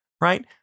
right